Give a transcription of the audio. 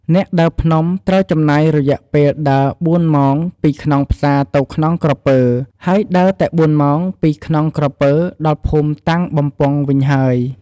អ្នកដើរភ្នំ ត្រូវចំណាយរយៈពេលដើរ៤ម៉ោងពីខ្នងផ្សាទៅខ្នងក្រពើ ហើយដើរតែ៤ម៉ោងពីខ្នងក្រពើដល់ភូមិតាំងបំពង់វិញហើយ។